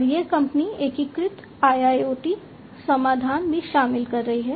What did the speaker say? और यह कंपनी एकीकृत IIoT समाधान भी शामिल कर रही है